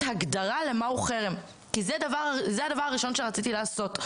הגדרה למהו חרם זה הדבר הראשון שרציתי לעשות.